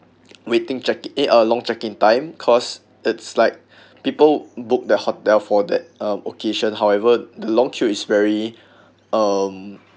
waiting check eh uh long check in time cause it's like people book the hotel for the um occasion however the long queue is very um